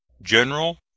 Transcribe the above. General